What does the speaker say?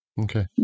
okay